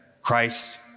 Christ